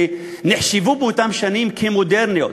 שנחשבו באותן שנים מודרניות.